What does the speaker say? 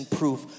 proof